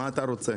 מה אתה רוצה?